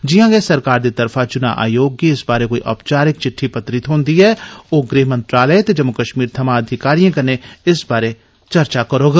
जिया गै सरकार दी तरफा चुना आयोग गी इस बारै कोई ओपचारिक चिट्टी पत्री थोंदी ऐ ओ गृह मंत्रालय ते जम्मू कश्मीर थमां अधिकारिएं कन्नै इस बारै चर्चा करौग